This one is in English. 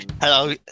Hello